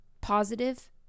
Positive